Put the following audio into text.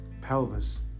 pelvis